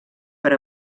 per